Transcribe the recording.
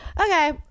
okay